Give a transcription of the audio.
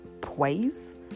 praise